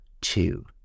two